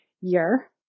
year